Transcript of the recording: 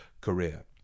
career